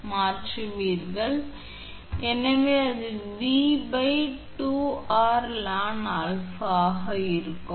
கடத்தியின் மேற்பரப்பு அதாவது ஆ வலது r என்பது கடத்தியின் ஆரம் ஆனால் நாம் பார்த்திருக்கிறேன் 𝑅⁄𝑟 𝛼2 எனவே இங்கே நீங்கள் Rr 𝛼2 ஐ மாற்றுவீர்கள் எனவே அது 𝑉2𝑟 ln 𝛼 ஆக இருக்கும்